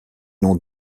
nom